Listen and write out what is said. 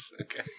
okay